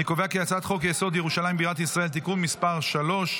אני קובע כי הצעת חוק-יסוד: ירושלים בירת ישראל (תיקון מס' 3),